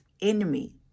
enemy